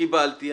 קיבלתי,